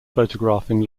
photographing